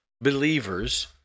believers